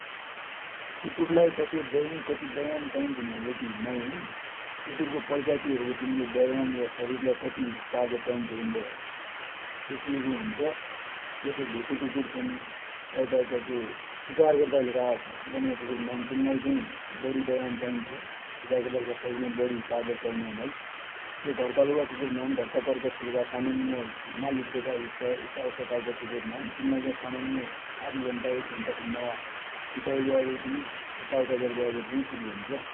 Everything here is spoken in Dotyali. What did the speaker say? कुकुर लाइ तसरि दिन को कति ब्यायाम चाइन्छ भन्बटि नाइ हुन । कुकुरको प्रजाति हेरि बटि तिनरो ब्यायाम या शरिर लाइ कति तागत चाइन्छ भन्बटी तोकिएको हुन्छ । जसो भोटे कुकुर छ्न, तै प्रकारका जो सिकार गर्दा कि बनेका हुनान तिनिलाइ चाइ बडि ब्यायम चाइन्छ, सिकार गर्दा कि शरिर माइ बडि तागत चाइने हुनाले, जो घरपालुव कुकुर हुनान सामान्य घर का पर्पोस कि लेखा मालिक देगडा हिट्या इसा उसा कुकुर हुनान तिनिलाइ चाइ सामान्य आदि एक घण्टा सम्म हिटाइज्ञा यता उता गरिग्या पुगिझान्छ ।